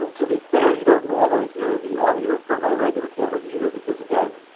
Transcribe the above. to be fair, you don't normally hear the audio from my regular camera either, because again,